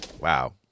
Wow